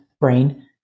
brain